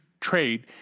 trade